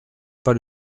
pas